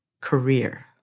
career